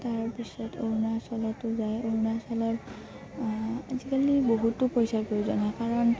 তাৰপিছত অৰুণাচলতো যায় অৰুণাচলৰ আজিকালি বহুতো পইচাৰ প্ৰয়োজন হয় কাৰণ